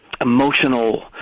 emotional